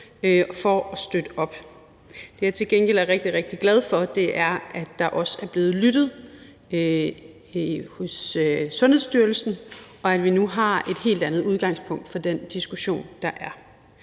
for at støtte op. Det, jeg til gengæld er rigtig, rigtig glad for, er, at der også er blevet lyttet hos Sundhedsstyrelsen, og at vi nu har et helt andet udgangspunkt for den diskussion, der er.